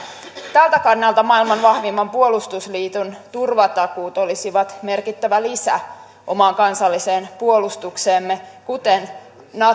tältä kannalta maailman vahvimman puolustusliiton turvatakuut olisivat merkittävä lisä omaan kansalliseen puolustukseemme kuten